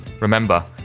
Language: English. Remember